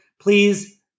please